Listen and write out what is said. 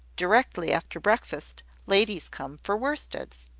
directly after breakfast, ladies come for worsteds.